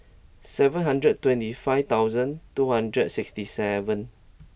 seven hundred twenty five thousand two hundred sixty seven